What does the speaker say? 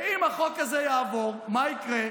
ואם החוק הזה יעבור, מה יקרה?